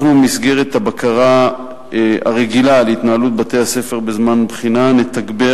במסגרת הבקרה הרגילה על התנהלות בתי-הספר בזמן הבחינה נתגבר